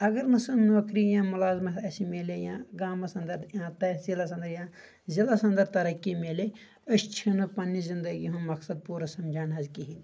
اگر نہٕ سۄ نوکری یا مُلازمت اسہِ میلے یا گامس انٛدر یا تہسیٖلس انٛدر یا ضلعس انٛدر ترقی میلے أسۍ چھِنہٕ پننہِ زندگی ہُنٛد مقصد پوٗرٕ سمجان حظ کہیٖنۍ تہِ